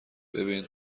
ببین